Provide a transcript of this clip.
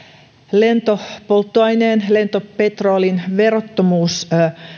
lentopolttoaineen lentopetrolin verottomuus